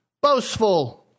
boastful